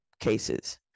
cases